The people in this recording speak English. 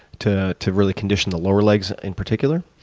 to to really condition the lower legs in particular.